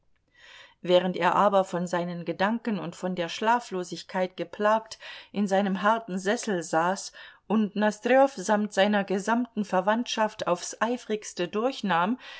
während er aber von seinen gedanken und von der schlaflosigkeit geplagt in seinem harten sessel saß und nosdrjow samt seiner gesamten verwandtschaft aufs eifrigste durchnahm